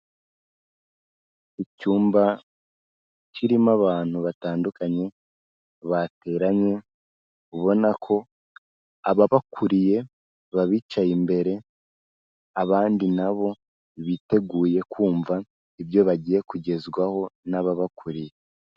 Icyumba kirimo abantu batandukanye, bateranye, ubona ko ababakuriye babicaye imbere, abandi na bo biteguye kumva ibyo bagiye kugezwaho n'ababakuriye.